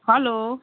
hello